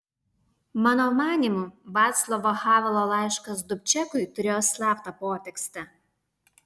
mano manymu vaclavo havelo laiškas dubčekui turėjo slaptą potekstę